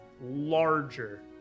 larger